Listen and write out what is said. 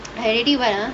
penalty winner